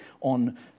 on